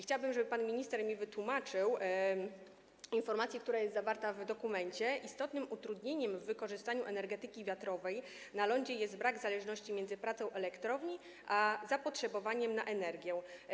Chciałabym, żeby pan minister wytłumaczył zdanie, które jest zawarte w dokumencie: Istotnym utrudnieniem w wykorzystaniu energetyki wiatrowej na lądzie jest brak zależności między pracą elektrowni a zapotrzebowaniem na energię.